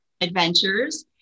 adventures